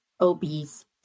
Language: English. obese